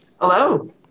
Hello